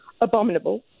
abominable